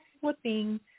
flipping